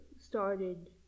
started